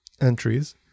Entries